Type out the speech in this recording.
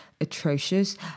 atrocious